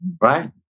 right